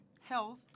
Health